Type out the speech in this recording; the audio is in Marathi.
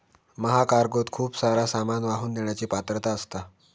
महाकार्गोत खूप सारा सामान वाहून नेण्याची पात्रता असता